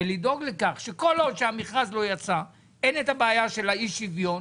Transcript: ולדאוג לכך שכל עוד שהמכרז לא יצא אין את הבעיה של אי השוויון.